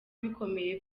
bikomeye